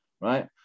right